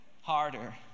harder